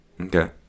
Okay